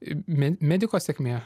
mediko sėkmė